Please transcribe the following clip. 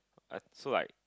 uh so like